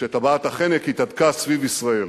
כשטבעת החנק התהדקה סביב ישראל.